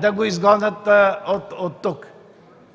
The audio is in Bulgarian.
да го изгонят оттук.